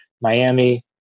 Miami